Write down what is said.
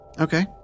Okay